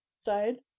side